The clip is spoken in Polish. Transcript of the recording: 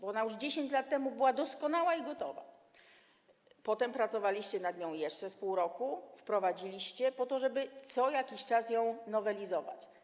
Ona już 10 lat temu była doskonała i gotowa, potem pracowaliście nad nią jeszcze pół roku, następnie wprowadziliście ją po to, żeby co jakiś czas ją nowelizować.